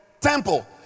temple